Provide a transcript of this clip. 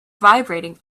vibrating